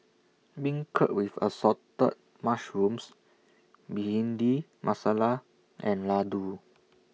Beancurd with Assorted Mushrooms Bhindi Masala and Laddu